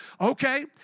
okay